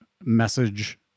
message